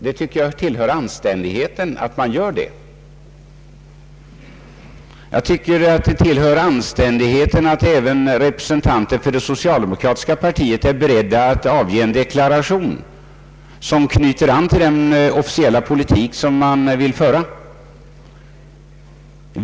Jag tycker det tillhör anständigheten. Jag tyc ker även att det tillhör anständigheten att representanter för det socialdemokratiska partiet är beredda att avge en deklaration som knyter an till den officiella politik som man vill föra.